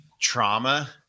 trauma